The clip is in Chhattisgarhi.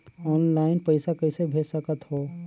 ऑनलाइन पइसा कइसे भेज सकत हो?